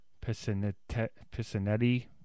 Pisanetti